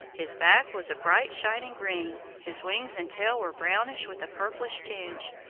his back was a bright, shining green. his wings and tail were brownish with a purplish tinge.